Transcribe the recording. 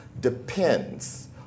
depends